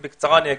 בקצרה אני אגיד,